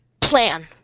plan